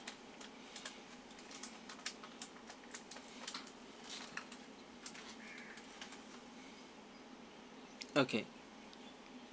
okay